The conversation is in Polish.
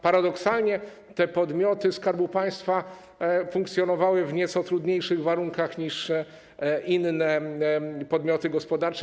Paradoksalnie podmioty Skarbu Państwa funkcjonowały w nieco trudniejszych warunkach niż inne podmioty gospodarcze.